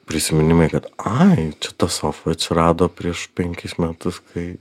prisiminimai kad ai čia ta sofa atsirado prieš penkis metus kai